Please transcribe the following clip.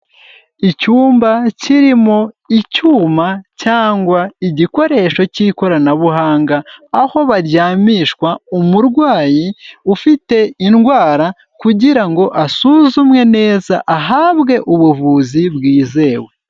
Icyumba kirimo icyuma cyangwa igikoresho cy'ikoranabuhanga, aho baryamishwa umurwayi ufite indwara kugira ngo asuzumwe neza ahabwe ubuvuzi bwizewe.